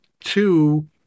two